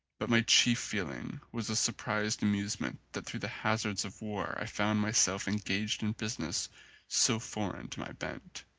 but my chief feeling was a surprised amusement that through the hazards of war i found myself en gaged in business so foreign to my bent.